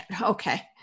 okay